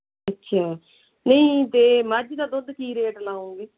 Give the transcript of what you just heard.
ਅੱਛਾ ਨਹੀਂ ਤੇ ਮੱਝ ਦਾ ਦੁੱਧ ਕੀ ਰੇਟ ਲਾਓਗੇ